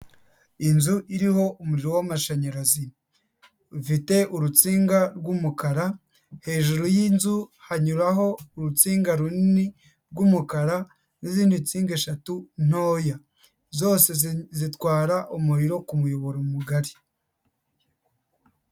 Inzu iriho umuriro w'amashanyara, ifite urutsinga rw'umukara, hejuru y'inzu hanyuraho urutsinga runini rw'umukara n'izindi nsinga eshatu ntoya, zose zitwara umuriro ku muyoboro mugari.